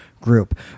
group